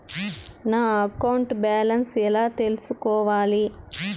నా account balance ఎలా తెల్సుకోవాలి